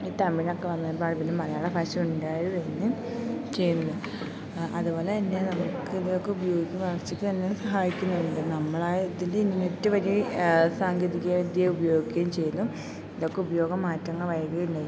ഈ തമിഴൊക്കെ വന്നതിൽ പിന്നെയാണ് മലയാള ഭാഷ ഉണ്ടായത് തന്നെ ചെയ്യുന്നത് അതുപോലെ തന്നെ നമുക്ക് ഇതൊക്കെ ഉപയോഗിക്കും വളർച്ചക്ക് തന്നെ സഹായിക്കുന്നുണ്ട് നമ്മളാ ഇതിന്റെ ഇൻർനെറ്റ് വഴി സാങ്കേതികവിദ്യ ഉപയോഗിക്കുകയും ചെയ്യുന്നു ഇതൊക്കെ ഉപയോഗം മാറ്റങ്ങൾ വരികയല്ലെ